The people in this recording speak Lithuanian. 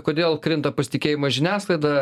kodėl krinta pasitikėjimas žiniasklaida